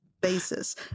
basis